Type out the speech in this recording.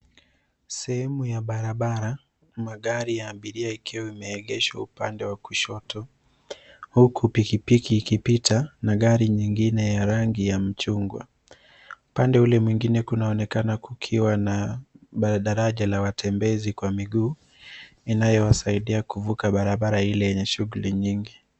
Sehemu ya barabara, magari ya abiria ikiwa imeegeshwa upande wa kushoto huku pikipiki ikipita na gari nyingine ya rangi ya machungwa. Upande ule mwingine kunaonekana kukiwa na daraja la watembezi kwa miguu inayosaidia kuvuka barabara hili lenye shughuli nyingi.